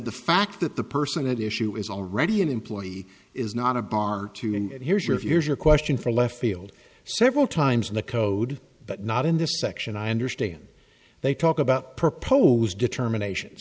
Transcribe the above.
the fact that the person that issue is already an employee is not a bar to and here's your fears or question for left field several times in the code but not in this section i understand they talk about proposed determination